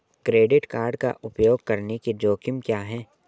Credit card का उपयोग करने के जोखिम क्या हैं?